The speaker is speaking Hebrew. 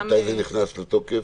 מתי זה נכנס לתוקף?